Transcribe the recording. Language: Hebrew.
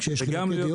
כשיש חילוקי דעות?